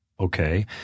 Okay